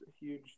huge